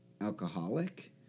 alcoholic